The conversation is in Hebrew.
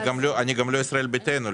אני גם לא "ישראל ביתנו",